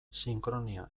sinkronia